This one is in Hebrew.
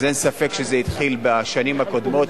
אז אין ספק שזה התחיל בשנים הקודמות,